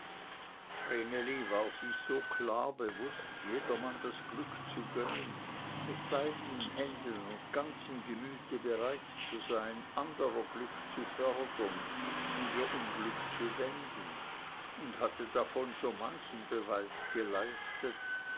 war sich so klar bewußt jedermann das glück zu gönnen mit beiden händen und ganzem gemüte bereit zu sein anderer glück zu fördern und ihr unglück zu wenden und hatte davon so manchen beweis geleistet